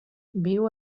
viu